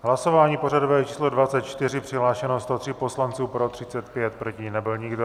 Hlasování pořadové číslo 24, přihlášeno 103 poslanců, pro 35, proti nebyl nikdo.